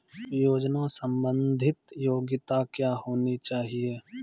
योजना संबंधित योग्यता क्या होनी चाहिए?